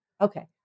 Okay